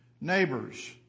Neighbors